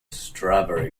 strawberry